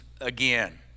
again